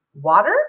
water